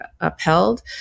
upheld